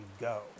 go